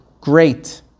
great